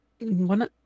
one